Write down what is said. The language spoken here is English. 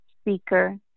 speaker